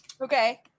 Okay